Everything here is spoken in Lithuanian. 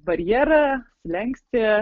barjerą slenkstį